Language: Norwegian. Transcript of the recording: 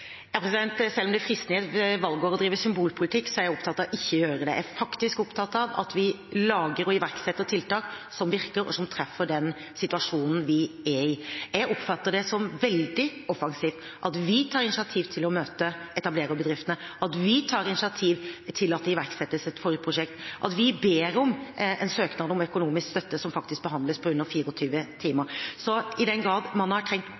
Selv om det er fristende i et valgår å drive symbolpolitikk, er jeg opptatt av ikke å gjøre det. Jeg er faktisk opptatt av at vi lager og iverksetter tiltak som virker, og som treffer i den situasjonen vi er i. Jeg oppfatter det som veldig offensivt at vi tar initiativ til å møte etablererbedriftene, at vi tar initiativ til at det iverksettes et forprosjekt, at vi ber om en søknad om økonomisk støtte, som faktisk behandles på under 24 timer. Så i den grad man har trengt